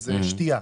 שזה שתייה.